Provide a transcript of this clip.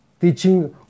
teaching